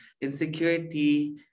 Insecurity